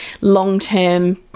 long-term